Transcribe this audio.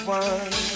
one